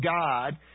God